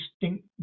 distinct